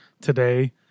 today